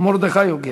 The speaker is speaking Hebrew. מרדכי יוגב,